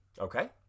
Okay